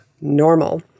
normal